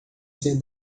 ser